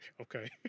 Okay